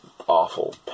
awful